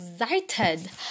excited